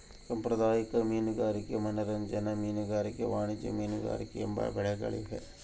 ಸಾಂಪ್ರದಾಯಿಕ ಮೀನುಗಾರಿಕೆ ಮನರಂಜನಾ ಮೀನುಗಾರಿಕೆ ವಾಣಿಜ್ಯ ಮೀನುಗಾರಿಕೆ ಎಂಬ ಬಗೆಗಳಿವೆ